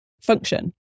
function